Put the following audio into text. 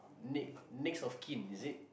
n~ next of kin is it